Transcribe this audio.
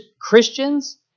Christians